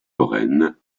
foraines